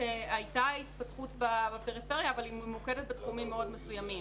שהייתה התפתחות בפריפריה אבל היא ממוקדת בתחומים מאוד מסוימים.